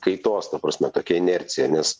kaitos ta prasme tokia inercija nes